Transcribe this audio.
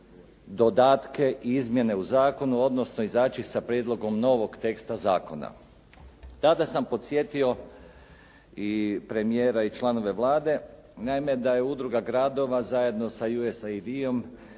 dodatke i izmjene u zakonu odnosno izaći sa prijedlogom novog teksta zakona. Tada sam podsjetio i premijera i članove Vlade naime da je udruga gradova zajedno sa USAD-om